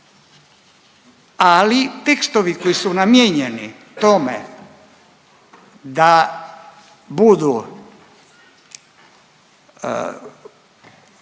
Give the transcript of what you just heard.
ali tekstovi koji su namijenjeni tome da budu